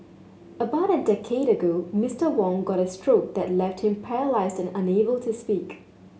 about a decade ago Mister Wong got a stroke that left him paralysed and unable to speak